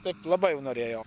taip labai jau norėjo